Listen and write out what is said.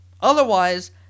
Otherwise